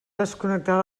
desconnectar